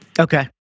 Okay